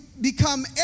become